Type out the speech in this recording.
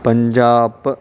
Punjab